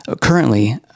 Currently